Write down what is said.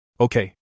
Okay